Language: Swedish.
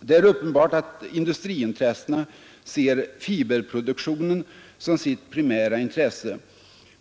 Det är uppenbart att industriintressena ser fiberproduktionen som sitt primära intresse.